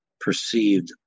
perceived